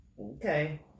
Okay